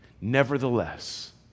nevertheless